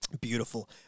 Beautiful